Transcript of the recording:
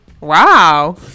Wow